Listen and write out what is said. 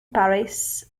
paris